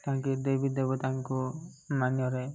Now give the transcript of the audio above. ତାଙ୍କେ ଦେବୀ ଦେବତାଙ୍କୁ ମାନ୍ୟରେ